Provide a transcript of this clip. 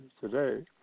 today